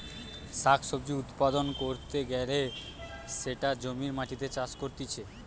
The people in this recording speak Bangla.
শাক সবজি উৎপাদন ক্যরতে গ্যালে সেটা জমির মাটিতে চাষ করতিছে